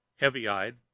heavy-eyed